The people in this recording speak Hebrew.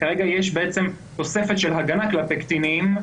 כרגע יש תוספת של הגנה כלפי קטינים,